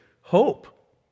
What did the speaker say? hope